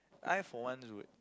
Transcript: I for one would